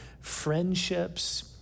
friendships